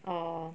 or